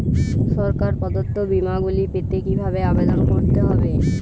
সরকার প্রদত্ত বিমা গুলি পেতে কিভাবে আবেদন করতে হবে?